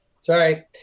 Sorry